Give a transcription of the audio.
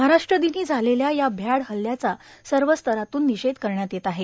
महाराष्ट्र दिनी झालेल्या या भ्याड हल्ल्याचा सर्व स्तरातून निषेध करण्यात येत आहे